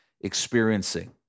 experiencing